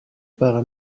par